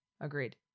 Agreed